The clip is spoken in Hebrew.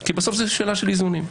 כי בסוף זה שאלה של איזונים.